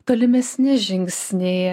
tolimesni žingsniai